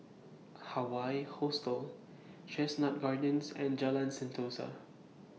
Hawaii Hostel Chestnut Gardens and Jalan Sentosa